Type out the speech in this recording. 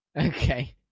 Okay